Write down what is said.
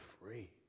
free